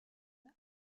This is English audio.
the